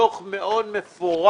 דוח מאוד מפורט,